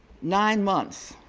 nine months